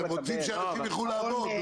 אתם רוצים שאנשים ילכו לעבוד,